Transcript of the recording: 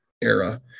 era